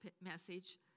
message